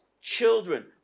children